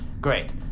Great